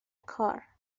کار